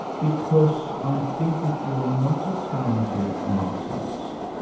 because i think if you're not a talented artist,